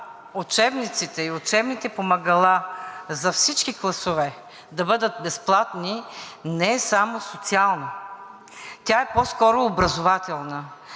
учебниците и учебните помагала за всички класове да бъдат безплатни, не е само социална. Тя е по-скоро образователна,